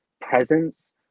presence